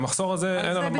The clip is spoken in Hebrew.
על זה אין מחלוקת.